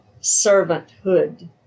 servanthood